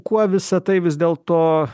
kuo visa tai vis dėl to